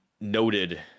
noted